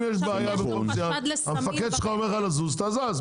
אם יש בעיה --- המפקד שלך אומר לך לזוז, אתה זז.